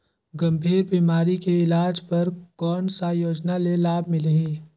गंभीर बीमारी के इलाज बर कौन सा योजना ले लाभ मिलही?